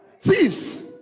Thieves